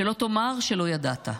שלא תאמר שלא ידעת.